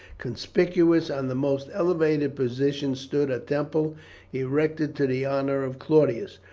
conspicuous on the most elevated position stood a temple erected to the honour of claudius,